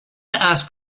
ask